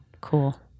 Cool